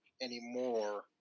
anymore